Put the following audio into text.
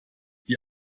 die